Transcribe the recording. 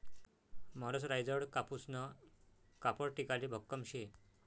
मरसराईजडं कापूसनं कापड टिकाले भक्कम शे